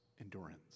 endurance